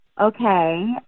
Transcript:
Okay